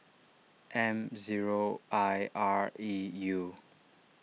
M zero I R E U